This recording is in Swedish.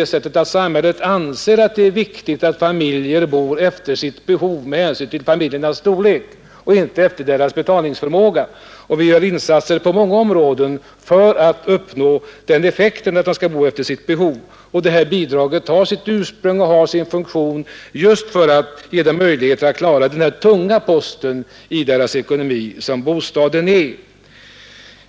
anser samhället det viktigt att familjer bor efter sitt behov med hänsyn till sin storlek, och inte efter betalningsförmåga. Vi gör insatser på många områden för att uppnå denna effekt. Det statliga bostadsbidraget har sitt ursprung och sin funktion just däri att man vill ge familjen möjlighet att klara den tunga post i ekonomin som bostaden är.